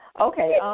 Okay